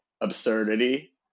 absurdity